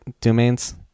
domains